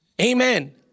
Amen